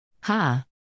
Ha